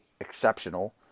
exceptional